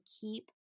keep